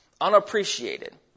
Unappreciated